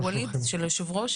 של ווליד, של היושב-ראש